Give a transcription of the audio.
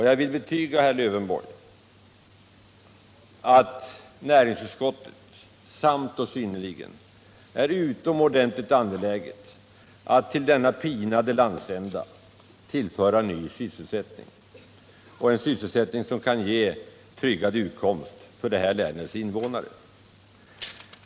Jag vill betyga herr Lövenborg att näringsutskottet samt och synnerligen är utomordentligt angeläget att tillföra denna pinade landsända ny sysselsättning som kan ge tryggad utkomst åt detta läns invånare.